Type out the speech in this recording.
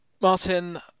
Martin